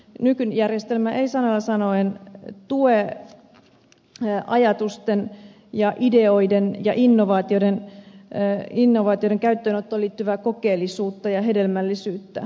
nykyjärjestelmä ei sanalla sanoen tue ajatusten ja ideoiden ja innovaatioiden käyttöönottoon liittyvää kokeellisuutta ja hedelmällisyyttä